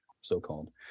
so-called